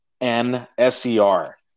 N-S-E-R